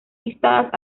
listadas